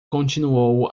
continuou